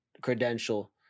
credential